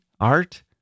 art